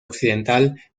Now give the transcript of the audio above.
occidental